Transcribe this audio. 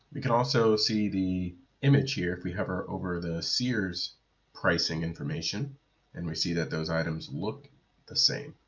we can also ah see the image here if we hover over the sears pricing information and we see that those items look the same.